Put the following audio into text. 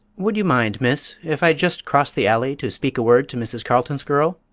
would you mind, miss, if i just crossed the alley to speak a word to mrs. carleton's girl?